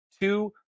two